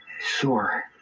sure